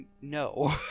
no